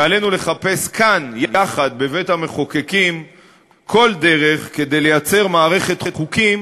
ועלינו לחפש כאן יחד בבית-המחוקקים כל דרך כדי לייצר מערכת חוקים